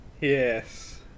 yes